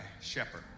shepherd